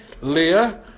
Leah